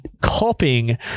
copying